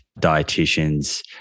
dietitians